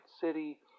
city